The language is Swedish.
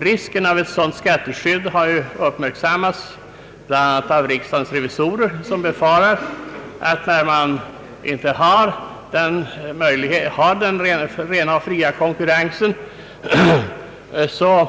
Risken av ett sådant skatteskydd har uppmärksammats av bland andra riksdagens revisorer, som befarar att när ren och fri konkurrens inte föreligger, så